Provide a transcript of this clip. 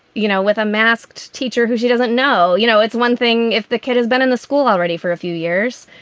you know, with a masked teacher who she doesn't know. you know, it's one thing if the kid has been in the school already for a few years,